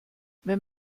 wenn